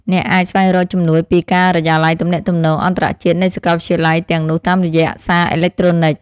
អ្នកអាចស្វែងរកជំនួយពីការិយាល័យទំនាក់ទំនងអន្តរជាតិនៃសាកលវិទ្យាល័យទាំងនោះតាមរយៈសារអេឡិចត្រូនិច។